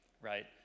right